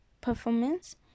performance